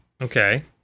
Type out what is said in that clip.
okay